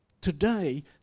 Today